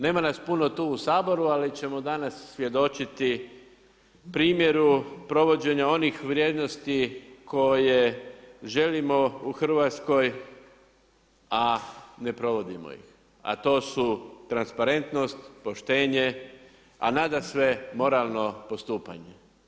Nema nas puno tu u Saboru, ali ćemo danas svjedočiti primjeru provođenja onih vrijednosti koje želimo u Hrvatskoj a ne provodimo ih, a to su transparentnost, poštenje, a nadasve moralno postupanje.